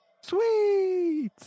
Sweet